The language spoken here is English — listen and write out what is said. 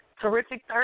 terrific